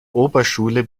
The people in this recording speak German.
oberschule